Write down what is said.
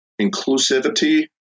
inclusivity